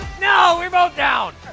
no! we're both down!